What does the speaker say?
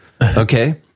Okay